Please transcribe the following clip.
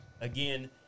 Again